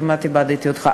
כמעט איבדתי אותך,